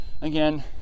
Again